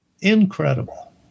incredible